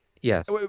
Yes